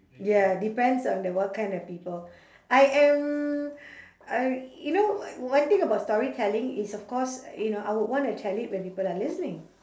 ya depends on the what kind of people I am uh you know one thing about storytelling is of course you know I would want to tell it when people are listening